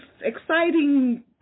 exciting